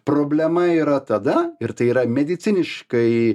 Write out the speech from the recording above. problema yra tada ir tai yra mediciniškai